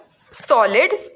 solid